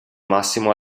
massimo